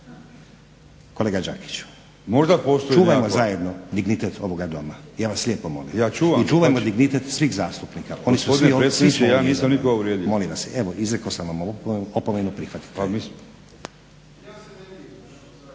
Kolega Đakiću čuvajmo zajedno dignitet ovoga doma, ja vas lijepo molim i čuvajmo dignitet svih zastupnika, oni su svi ovdje …/Govornici govore istovremeno, ne razumije